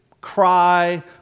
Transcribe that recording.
cry